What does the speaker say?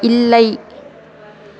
இல்லை